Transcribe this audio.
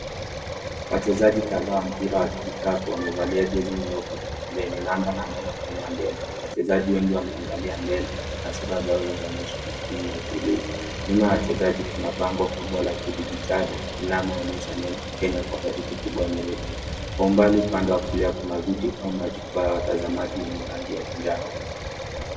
Wachezaji kadhaa wa mpira wa kikapu wamevalia jezi nyeupe zenye naba na neno Kenya mbele. Wachezaji wengi wameangalia mbele na sura zao zinaonyesha umakini na utuilivu. Nyuma ya wachezaji kuna bango kubwa la kidigitari linaloonyesha neno Kenya kwa herufi kubwa nyeupe, kwa umbali upande wa kulia kuna viti au majukwaa ya watazamaji yenye rangi ya njano.